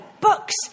books